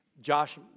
Josh